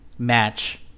match